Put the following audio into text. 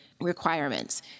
requirements